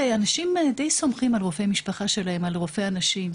אנשים די סומכים על רופאי המשפחה שלהם ועל רופאי הנשים.